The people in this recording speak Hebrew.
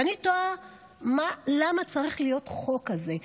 ואני תוהה, למה צריך להיות חוק כזה?